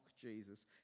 Jesus